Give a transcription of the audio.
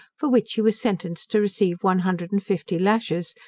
for which he was sentenced to receive one hundred and fifty lashes,